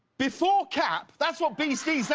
before cap that's what b c.